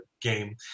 Game